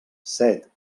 set